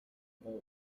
both